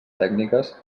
tècniques